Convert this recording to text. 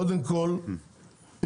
קודם כול,